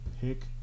pick